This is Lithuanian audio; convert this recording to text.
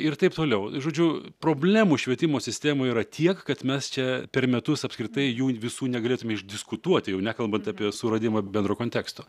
ir taip toliau žodžiu problemų švietimo sistemoj yra tiek kad mes čia per metus apskritai jų visų negalėtume išdiskutuoti jau nekalbant apie suradimą bendro konteksto